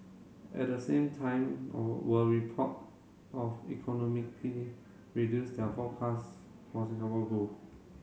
at the same time were report of reduce their forecast for Singapore growth